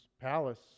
palace